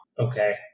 okay